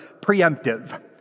preemptive